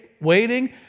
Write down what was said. Waiting